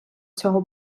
цього